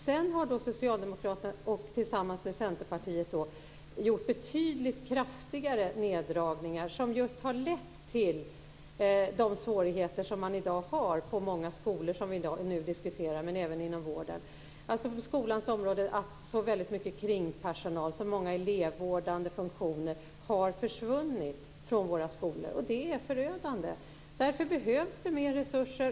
Sedan har Socialdemokraterna tillsammans med Centerpartiet gjort betydligt kraftigare neddragningar, som just har lett till de svårigheter man i dag har på många skolor men även inom vården. På skolans område handlar det om att väldigt mycket kringpersonal och många elevvårdande funktioner har försvunnit, och det är förödande. Därför behövs det mer resurser.